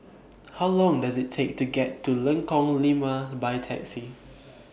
How Long Does IT Take to get to Lengkong Lima By Taxi